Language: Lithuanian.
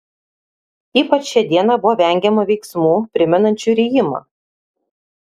ypač šią dieną buvo vengiama veiksmų primenančių rijimą